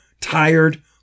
tired